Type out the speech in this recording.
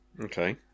Okay